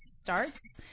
starts